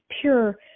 pure